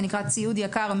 זה נקרא ציוד יקר.